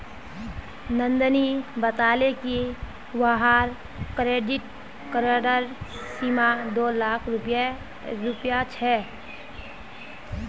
नंदनी बताले कि वहार क्रेडिट कार्डेर सीमा दो लाख रुपए छे